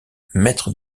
maître